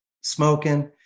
smoking